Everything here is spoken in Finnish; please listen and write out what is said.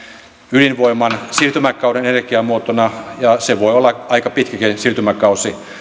ydinvoiman siirtymäkauden energiamuotona ja se voi olla aika pitkäkin siirtymäkausi